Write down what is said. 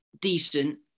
decent